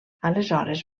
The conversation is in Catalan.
aleshores